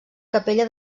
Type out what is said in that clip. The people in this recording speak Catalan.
capella